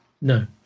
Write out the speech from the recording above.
No